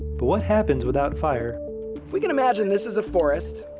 but what happens without fire? if we can imagine this is a forest,